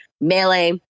melee